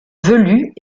velues